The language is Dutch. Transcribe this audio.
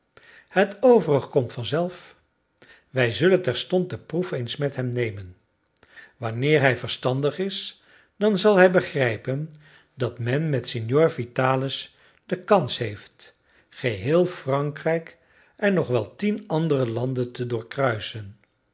het overige komt vanzelf wij zullen terstond de proef eens met hem nemen wanneer hij verstandig is dan zal hij begrijpen dat men met signor vitalis de kans heeft geheel frankrijk en nog wel tien andere landen te doorkruisen